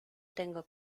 tengo